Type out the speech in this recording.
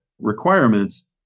requirements